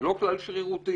זה לא כלל שרירותי,